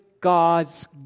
God's